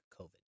COVID